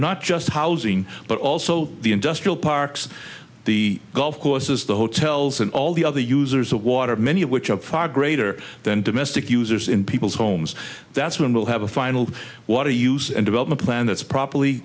not just housing but also the industrial parks the golf courses the hotels and all the other users of water many of which are far greater than domestic users in people's homes that's when we'll have a final water use and development plan that's properly